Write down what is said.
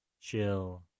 chill